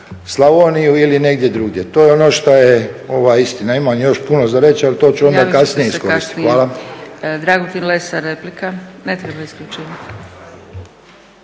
Slavoniju ili negdje drugdje. To je ono što je istina. Imam još puno za reći ali to ću onda kasnije iskoristiti.